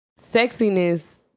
sexiness